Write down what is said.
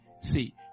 See